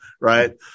Right